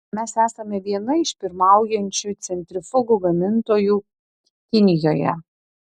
mes esame viena iš pirmaujančių centrifugų gamintojų kinijoje